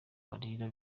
barira